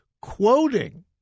quoting